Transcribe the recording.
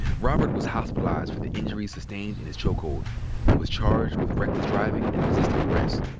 robert was hospitalized for the injuries sustained in his chokehold and was charged with reckless driving and resisting arrest.